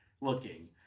looking